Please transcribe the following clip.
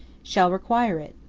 shall require it'?